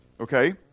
okay